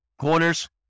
corners